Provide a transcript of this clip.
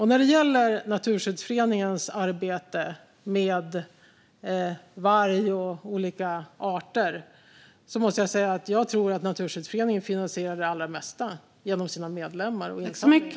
När det gäller Naturskyddsföreningens arbete med varg och olika arter måste jag säga att jag tror att Naturskyddsföreningen finansierar det allra mesta genom sina medlemmar och deras avgifter.